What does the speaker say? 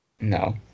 No